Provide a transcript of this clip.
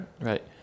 right